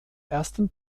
ersten